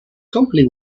company